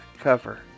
cover